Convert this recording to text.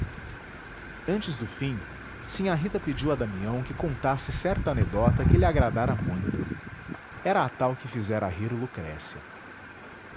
antes do fim sinhá rita pediu a damião que contasse certa anedota que lhe agradara muito era a tal que fizera rir lucrécia